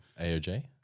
Aoj